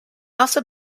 also